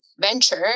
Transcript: venture